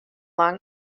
lang